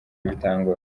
bitangoye